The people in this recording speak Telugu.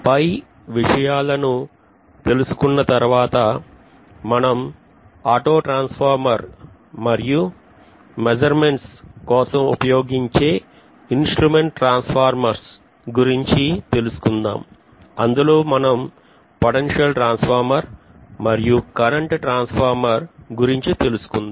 పై విషయాలను తెలుసుకున్న తర్వాత మనం ఆటో ట్రాన్స్ఫార్మర్ మరియు మేజర్మెంట్స్ కోసం ఉపయోగించే ఇన్స్ట్రుమెంట్ ట్రాన్స్ఫార్మర్ల గురించి తెలుసుకుందాం అందులో మనం పొటెన్షియల్ ట్రాన్స్ఫార్మర్ మరియు కరెంట్ ట్రాన్స్ఫార్మర్ గురించి తెలుసుకుందాం